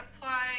apply